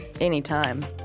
Anytime